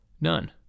None